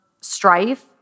strife